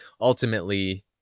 ultimately